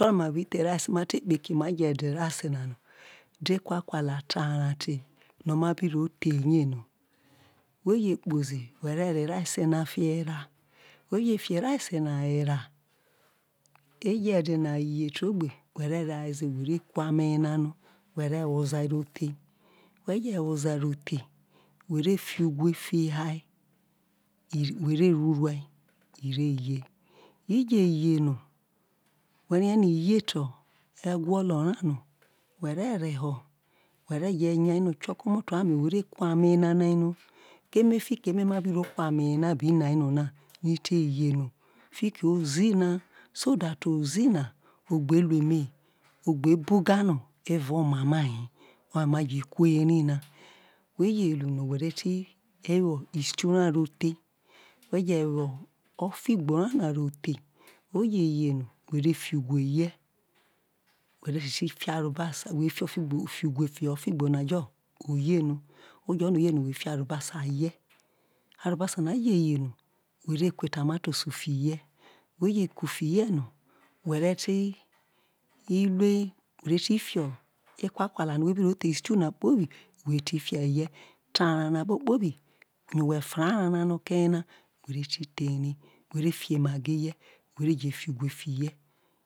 O jo̱ ṉo ma bi the erace ma te kpeki ma re je de erace na no te ekakala te areo te no̱ ma bi ro the rie no who je kpozi who reho̱ erace na erae no aje di na yetegbe who reha ze who ve kwa ame yena no̱ who̱ ve we̱ za ro the who ve fi uwe fiha who re rru rae ireye yeye no whorie no̱ i ye te egwolo ria no who re je yano who re ku ame ye nano fikiemo ma biro kwame na no na fiki ozi na so that ozi na o gbe lu eme o gbe bu ga lo̱ho̱ evao omamahie ma je kwere na who je ru no who ve ti who isitu ra ro the who je̱ who ofigbe ra ro the oje ye no who ve fi uwe hie̱ who re ti ti fi uwe hie̱ uwe fiho o̱figbo na so ye no who ve fi arobasa fihie̱ arobasa na je ye no who re ku etomatosu fihe̱ who ye ku fihe̱ no who re̱ ti lue fi ekwa kwale no who bi ro the isitu na kpobi who ve ti fahie̱ te areo na kpobi ye who fra ereo nano oke yena who re ti the ri fi emagi rie who ve je hi uwe fihe.